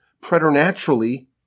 preternaturally